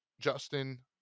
Justin